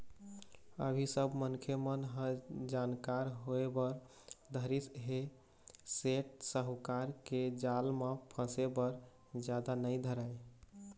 अभी सब मनखे मन ह जानकार होय बर धरिस ऐ सेठ साहूकार के जाल म फसे बर जादा नइ धरय